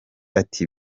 ati